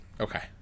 Okay